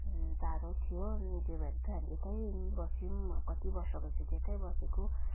टाढो थियो अनि त्यही भएर चाहिँ हामीले यतै बसौँ कति वर्ष भइसक्यो यतै बसेको